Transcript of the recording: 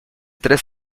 tres